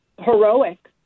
heroic